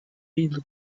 peace